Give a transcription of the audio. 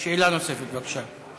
שאלה נוספת, בבקשה.